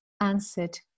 answered